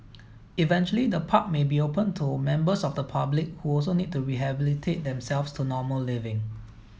eventually the park may be open to members of the public who also need to rehabilitate themselves to normal living